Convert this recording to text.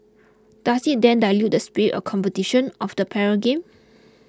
does it then dilute the spirit of competition of the para games